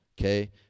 okay